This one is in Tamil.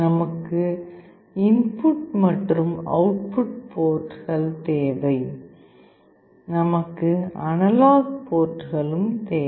நமக்கு இன்புட் மற்றும் அவுட் புட் போர்ட்கள் தேவை நமக்கு அனலாக் போர்ட்டுகளும் தேவை